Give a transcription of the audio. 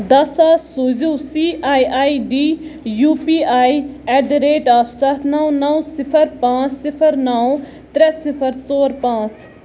دَہ ساس سوٗزِو C I I D U P I at the rate of سَتھ نَو نَو صِفر پانٛژ صِفر نَو ترٛےٚ صِفر ژور پانٛژ